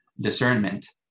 discernment